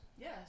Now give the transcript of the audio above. Yes